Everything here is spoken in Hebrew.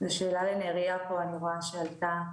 זו שאלה לנריה פה, אני רואה שעלתה.